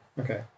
Okay